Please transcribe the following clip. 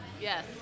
yes